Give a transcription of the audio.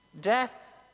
Death